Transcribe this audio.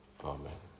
Amen